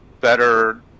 better